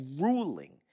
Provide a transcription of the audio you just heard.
ruling